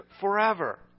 forever